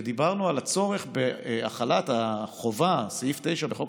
ודיברנו על הצורך בהחלת החובה של סעיף 9 בחוק